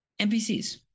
NPCs